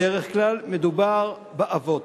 בדרך כלל מדובר באבות.